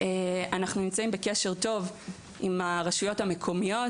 אנחנו נמצאים בקשר טוב עם הרשויות המקומיות,